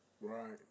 Right